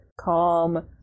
calm